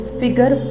figure